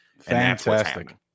Fantastic